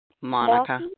Monica